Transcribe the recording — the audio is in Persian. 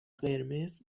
قرمز